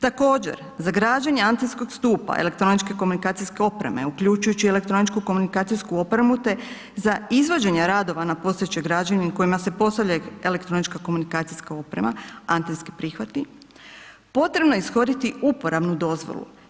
Također, za građenje antenskog stupa elektroničke komunikacijske opreme, uključujući elektroničku komunikacijsku opremu te za izvođenje radova na postojećoj građevini na kojima se postavlja elektronička komunikacijska oprema, antenski prihvati, potrebno je ishoditi uporabnu dozvolu.